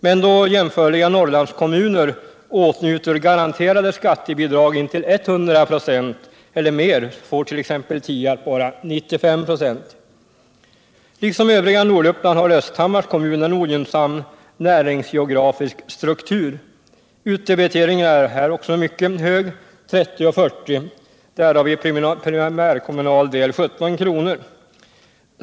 Men då jämförliga Norrlandskommuner åtnjuter garanterade skattebidrag intill 100 96 eller mer, får t.ex. Tierp bara 95 96. Liksom det övriga Norduppland har Östhammars kommun en ogynnsam näringsgeografisk struktur. Utdebiteringen är även här mycket hög, 30:40, varav den primärkommunala delen uppgår till 17 kr.